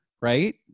right